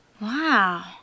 Wow